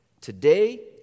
today